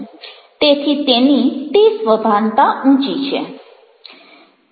તેથી તેની તે સભાનતા ઊંચી છે